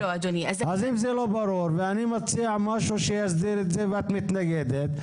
אם זה לא ברור ואני מציע משהו שיסדיר את זה ואת מתנגדת,